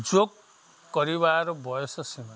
ଯୋଗ୍ କରିବାର ବୟସ ସୀମାନାହିଁ